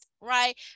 right